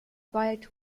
wild